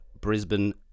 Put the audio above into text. Brisbane